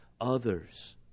others